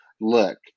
look